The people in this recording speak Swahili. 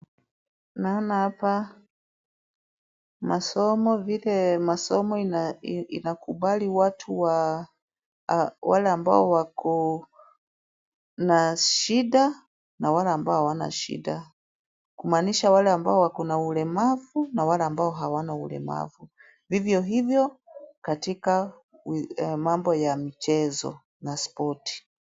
Naona hapa, masomo vile masomo inakubali watu waa, wale ambao wako na shida, na wale ambao hawana shida. Kumaanisha wale ambao wako na ulemavu, na wale ambao hawana ulemavu. Vivyo hivyo, katika mambo ya mchezo na spoti.